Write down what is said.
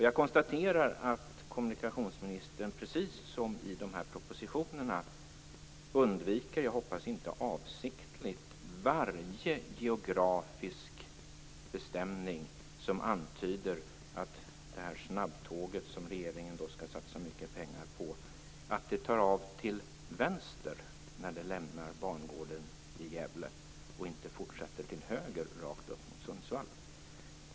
Jag konstaterar att kommunikationsministern, precis som i propositionerna, undviker - jag hoppas det inte är avsiktligt - varje geografisk bestämning som antyder att det här snabbtåget som regeringen skall satsa mycket pengar på tar av till vänster när det lämnar bangården i Gävle och inte fortsätter till höger rakt upp mot Sundsvall.